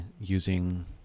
using